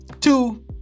two